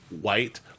White